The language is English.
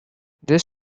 this